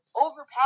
overpower